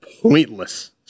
pointless